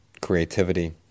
creativity